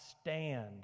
stand